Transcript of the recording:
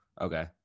Okay